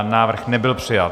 Návrh nebyl přijat.